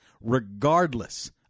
regardless